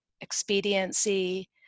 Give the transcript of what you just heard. expediency